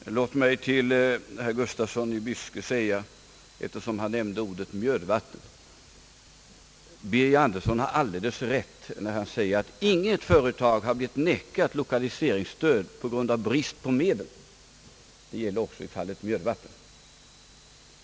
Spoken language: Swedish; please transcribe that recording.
Herr talman! Herr Nils-Eric Gustafsson nämnde nyss Mjödvattnet, men jag måste ändå ge herr Birger Andersson rätt när han säger att inget företag har blivit nekat lokaliseringsbidrag på grund av brist på medel. Det gäller också i fallet Mjödvattnet.